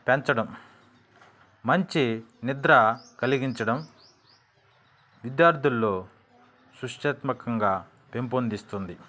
పెంచడం మంచి నిద్ర కలిగించడం విద్యార్థుల్లో సృష్ట్యాత్మకంగా పెంపొందిస్తుంది